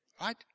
Right